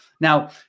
Now